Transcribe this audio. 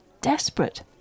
desperate